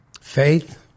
faith